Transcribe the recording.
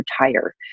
retire